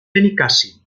benicàssim